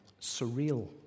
surreal